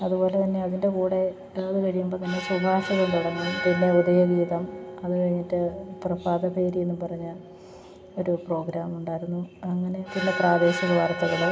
അതു പോലെ തന്നെ അതിൻ്റ കൂടെ കഴിയുമ്പം തന്നെ തന്നെ സുഭാഷകം തുടങ്ങും പിന്നെ ഉദയഗീതം അതു കഴിഞ്ഞിട്ട് പ്രഭാതഭേരിയെന്നും പറഞ്ഞ് ഒരു പ്രോഗ്രാമുണ്ടായിരുന്നു അങ്ങനെ പിന്നെ പ്രാദേശിക വാർത്തകൾ